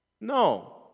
No